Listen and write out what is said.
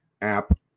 app